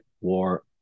war